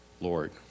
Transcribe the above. Lord